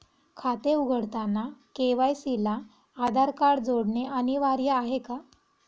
खाते उघडताना के.वाय.सी ला आधार कार्ड जोडणे अनिवार्य आहे का?